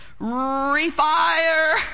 refire